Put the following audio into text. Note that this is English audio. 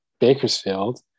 Bakersfield